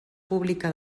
pública